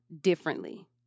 differently